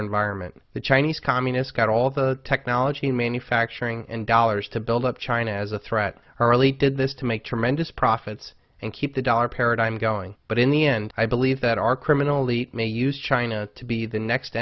environment the chinese communist got all the technology and manufacturing and dollars to build up china as a threat our elite did this to make tremendous profits and keep the dollar paradigm going but in the end i believe that our criminally may use china to be the next